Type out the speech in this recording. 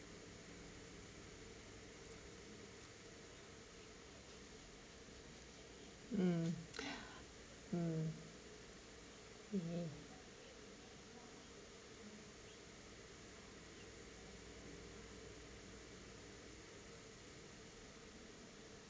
um mm